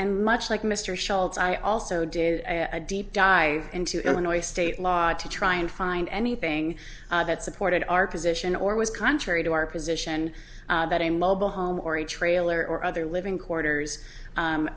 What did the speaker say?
and much like mr schultz i also did a deep dive into illinois state law to try and find anything that supported our position or was contrary to our position that a mobile home or a trailer or other living quarters